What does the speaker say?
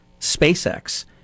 SpaceX